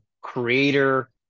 creator